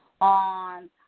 on